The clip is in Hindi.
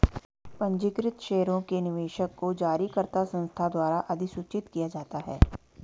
पंजीकृत शेयरों के निवेशक को जारीकर्ता संस्था द्वारा अधिसूचित किया जाता है